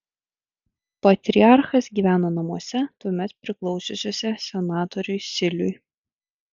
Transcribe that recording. patriarchas gyveno namuose tuomet priklausiusiuose senatoriui siliui